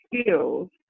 skills